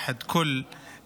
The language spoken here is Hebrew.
אנחנו נעבור כעת לדיון האישי.